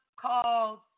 Called